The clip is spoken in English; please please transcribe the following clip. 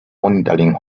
monitoring